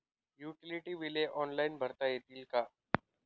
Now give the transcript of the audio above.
Utility बिले online भरता येतील का?